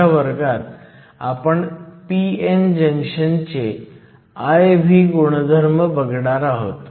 पुढच्या वर्गात आपण p n जंक्शनचे IV गुणधर्म बघणार आहोत